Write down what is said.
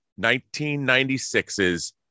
1996's